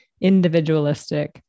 individualistic